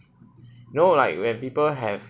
you know like when people have